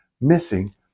missing